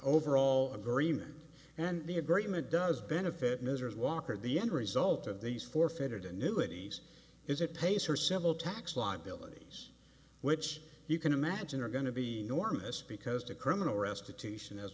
overall agreement and the agreement does benefit misery's walker the end result of these forfeited annuities is it pays her several tax liabilities which you can imagine are going to be enormous because the criminal restitution as